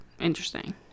interesting